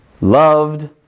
loved